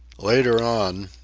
later on,